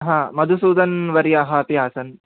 हा मधुसुदन् वर्याः अपि आसन्